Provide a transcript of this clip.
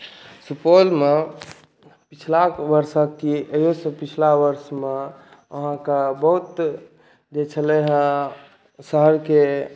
सुपौलमे पछिला वर्षके कि इहोसँ पछिला वर्षमे अहाँके बहुत जे छलै हेँ शहरके